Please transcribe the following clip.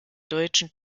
deutschen